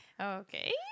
Okay